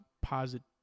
positive